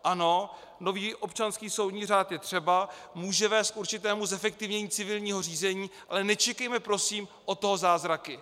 Ano, nový občanský soudní řád je třeba, může vést k určitému zefektivnění civilního řízení, ale nečekejme prosím od toho zázraky.